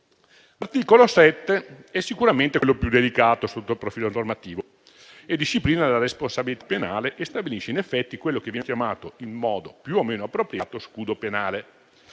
L'articolo 7 è sicuramente quello più delicato sotto il profilo normativo. Esso disciplina la responsabilità penale e stabilisce in effetti quello che viene chiamato, in modo più o meno appropriato, scudo penale.